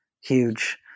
huge